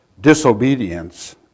disobedience